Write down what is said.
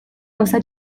gauza